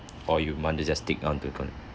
or you want to just stick on to economy